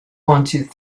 wanted